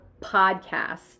Podcast